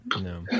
No